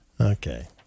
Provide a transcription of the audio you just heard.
Okay